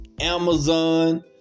amazon